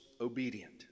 obedient